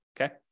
Okay